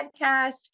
podcast